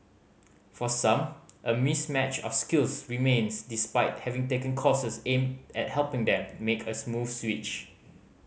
for some a mismatch of skills remains despite having taken courses aimed at helping them make a smooth switch